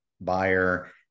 buyer